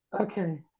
okay